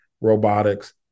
robotics